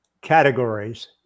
categories